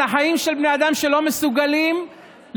על החיים של בני אדם שלא מסוגלים לקנות